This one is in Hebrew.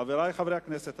חברי חברי הכנסת,